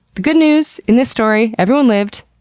the good news, in this story everyone lived.